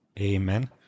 amen